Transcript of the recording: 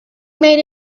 made